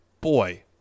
Boy